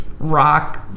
rock